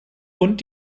und